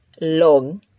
long